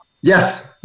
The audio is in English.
Yes